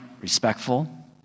respectful